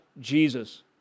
Jesus